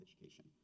education